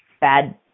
bad